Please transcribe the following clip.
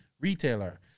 retailer